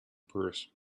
purse